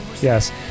Yes